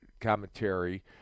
commentary